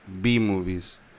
B-movies